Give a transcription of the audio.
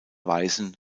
weisen